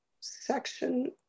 section